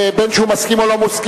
ובין שהוא מסכים ובין שהוא לא מסכים,